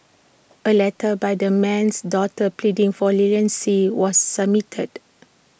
A letter by the man's daughter pleading for leniency was submitted